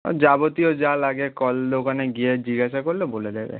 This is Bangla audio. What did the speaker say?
আর যাবতীয় যা লাগে কল দোকানে গিয়ে জিজ্ঞাসা করলে বলে দেবে